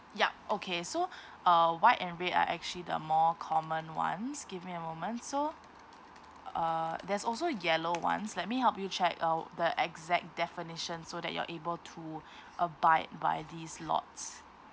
yup okay so uh white and red are actually the more common ones give me a moment so uh uh there's also yellow ones let me help you check uh the exact definition so that you're able to abide by these lots